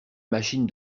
machine